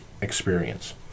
experience